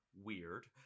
Weird